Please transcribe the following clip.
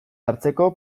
hartzeko